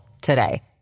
today